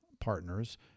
Partners